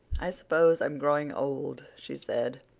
i suppose i'm growing old, she said.